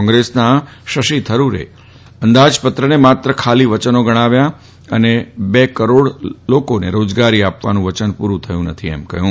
કોંગ્રેસના શશી થરૂરે આ અંદાજ ત્રને માત્ર ખાલી વચનો ગણાવ્યાં અને બે કરોડ લોકોને રોજગારી આ વાનું વચન પૂરૂં કર્યુું નથી એમ કહ્યું